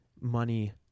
money